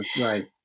Right